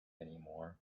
anymore